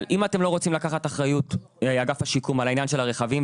אגף השיקום לא רוצים לקחת אחריות על העניין של הרכבים,